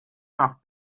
nach